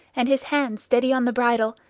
and his hand steady on the bridle,